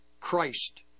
Christ